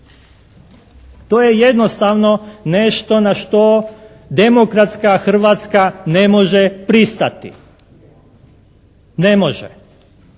To je jednostavno nešto na što demokratska Hrvatska ne može pristati. Ne može.